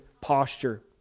posture